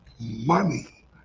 money